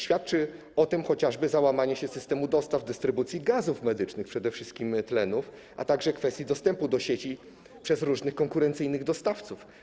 Świadczy o tym chociażby załamanie się systemu dostaw, dystrybucji gazów medycznych, przede wszystkim tlenu, a także kwestia dostępu do sieci przez różnych konkurencyjnych dostawców.